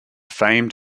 famed